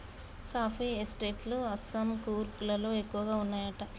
coffee estate లు అస్సాం, కూర్గ్ లలో ఎక్కువ వున్నాయట